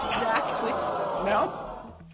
No